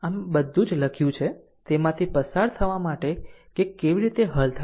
આમ બધું જ લખ્યું છે તેમાંથી પસાર થવા માટે કે કેવી રીતે હલ થાય છે